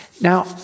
Now